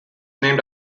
named